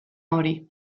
hori